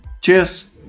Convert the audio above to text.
cheers